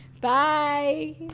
Bye